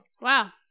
Wow